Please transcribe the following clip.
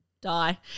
die